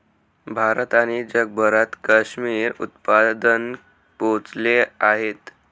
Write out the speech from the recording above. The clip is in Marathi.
भारत आणि जगभरात काश्मिरी उत्पादन पोहोचले आहेत